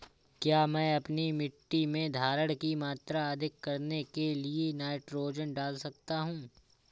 क्या मैं अपनी मिट्टी में धारण की मात्रा अधिक करने के लिए नाइट्रोजन डाल सकता हूँ?